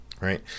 right